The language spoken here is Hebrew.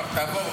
כפר תבור,